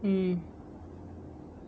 mm